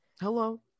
hello